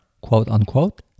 quote-unquote